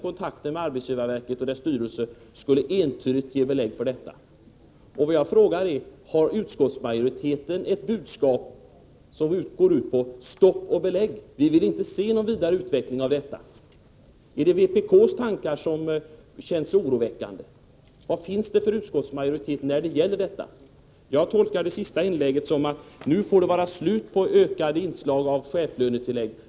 Kontakter med arbetsgivarverket och dess styrelse skulle entydigt ge belägg för detta. Vad jag frågar är: Går utskottsmajoritetens budskap ut på att säga stopp och belägg för vidare utveckling? Är det vpk:s tankar som känns oroväckande? Vad finns det för utskottsmajoritet i den frågan? Jag tolkar det senaste inlägget så att nu får det vara slut med ökade inslag av chefslönetillägg.